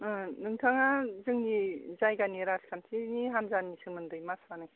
नोंथांआ जोंनि जायगानि राजखान्थिनि हानजानि सोमोन्दै मा सानो